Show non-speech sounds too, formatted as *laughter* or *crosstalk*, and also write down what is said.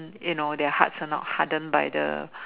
*noise* you know their hearts are not harden by the